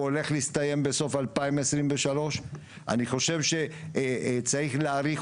הוא הולך להסתיים בסוף 2023. אני חושב שצריך להאריך